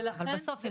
אבל בסוף,